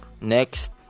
Next